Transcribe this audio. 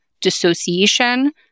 dissociation